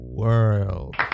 world